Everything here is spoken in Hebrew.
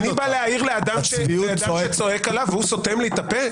אני בא להעיר לאדם שצועק עליו והוא סותם לי את הפה?